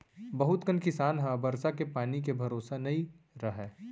बहुत कन किसान ह बरसा के पानी के भरोसा नइ रहय